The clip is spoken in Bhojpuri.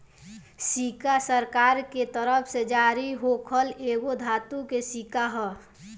सिक्का सरकार के तरफ से जारी होखल एगो धातु के सिक्का ह